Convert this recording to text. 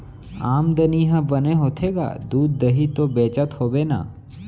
आमदनी ह बने होथे गा, दूद, दही तो बेचत होबे ना?